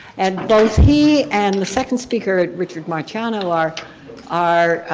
and both he and the second speaker richard marciano are are